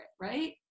right